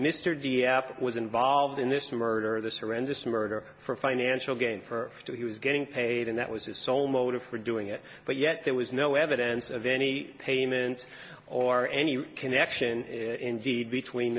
mr was involved in this murder this horrendous murder for financial gain for he was getting paid and that was his sole motive for doing it but yet there was no evidence of any payment or any connection indeed between